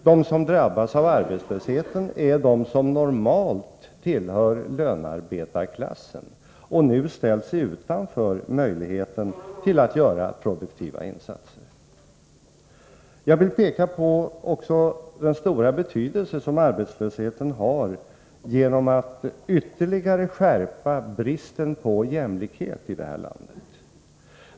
De som drabbas av arbetslöshet är de som normalt tillhör lönarbetarklassen och nu ställs utan möjlighet att göra produktiva insatser. Jag vill också peka på den stora betydelse som arbetslösheten har genom att den ytterligare skärper bristen på jämlikhet i det här landet.